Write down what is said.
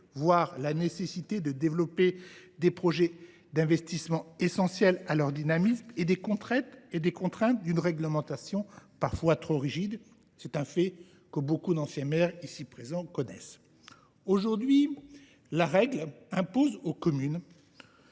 voire la nécessité de développer des projets d’investissement essentiels à leur dynamisme et les contraintes d’une réglementation parfois trop rigide, fait que nombre d’anciens maires ici présents connaissent. Aujourd’hui, la règle impose aux communes